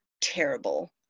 terrible